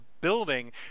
building